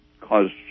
caused